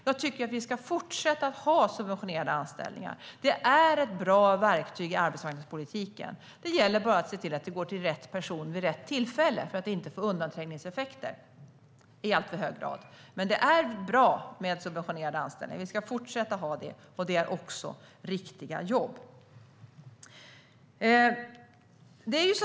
Jag tycker att vi ska fortsätta att ha subventionerade anställningar. De är bra verktyg i arbetsmarknadspolitiken. Det gäller bara att se till att de går till rätt person vid rätt tillfälle för att inte få undanträngningseffekter i alltför hög grad. Men det är bra med subventionerade anställningar. Vi ska fortsätta ha det. Och de är också riktiga jobb.